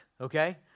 okay